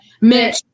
Mitch